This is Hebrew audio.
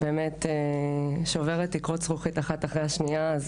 את שוברת תקרות זכוכית אחת אחרי השנייה,